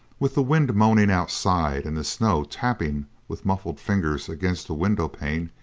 with the wind moaning outside and the snow tapping with muffled fingers against the window pane,